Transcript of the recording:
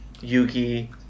yuki